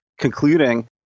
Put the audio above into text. concluding